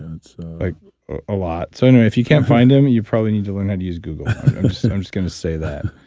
it's a lot. so anyway, if you can't find him, you probably need to learn how to use google. i'm just going to say that.